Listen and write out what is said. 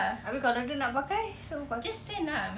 abeh kalau dia nak pakai siapa